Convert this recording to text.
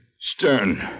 Stern